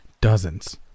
Dozens